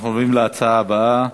אנחנו עוברים להצעה הבאה: